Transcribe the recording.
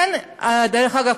דרך אגב,